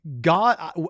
God